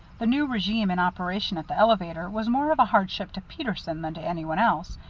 the new regime in operation at the elevator was more of a hardship to peterson than to any one else,